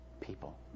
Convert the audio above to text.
people